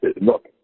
look